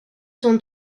sont